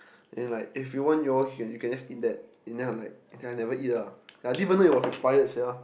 and like if you want you all you can just eat that and ya like the guy never eat lah and I didn't even know it was expired sia